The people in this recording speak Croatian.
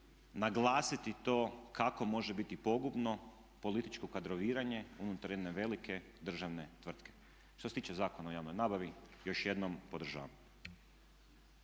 naglasiti to kako može biti pogubno političko kadroviranje unutar jedne velike državne tvrtke. Što se tiče Zakona o javnoj nabavi još jednom podržavam.